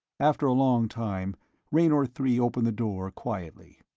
after a long time raynor three opened the door quietly.